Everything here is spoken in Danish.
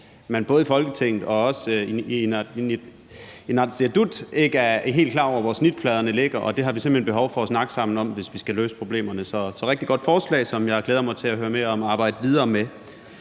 man både i Folketinget og i Inatsisartut ikke er helt klar over, hvor snitfladerne ligger, og det har vi simpelt hen behov for at snakke sammen om, hvis vi skal løse problemerne. Så det er et rigtig godt forslag, som jeg glæder mig til at høre mere om og arbejde videre med.